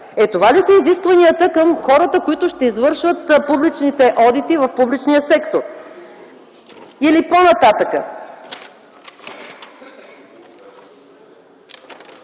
това ли са изискванията към хората, които ще извършват публичните одити в публичния сектор? По-нататък